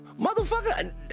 Motherfucker